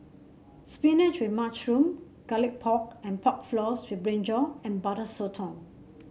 spinach with mushroom Garlic Pork and Pork Floss with brinjal and Butter Sotong